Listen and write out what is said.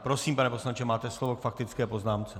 Prosím, pane poslanče, máte slovo k faktické poznámce.